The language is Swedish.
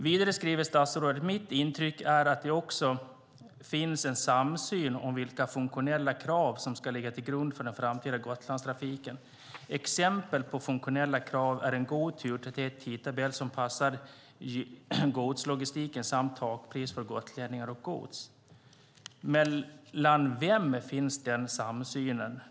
Vidare skriver statsrådet: "Mitt intryck är att det också finns en samsyn om vilka funktionella krav som ska ligga till grund för den framtida Gotlandstrafiken. Exempel på funktionella krav är en god turtäthet, tidtabell som passar godslogistiken samt takpris för gotlänningar och gods." Mellan vilka finns den samsynen?